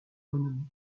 renommée